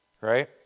right